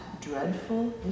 dreadful